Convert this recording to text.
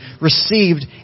received